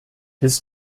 his